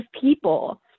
people